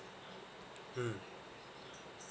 mm